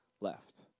left